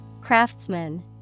Craftsman